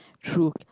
true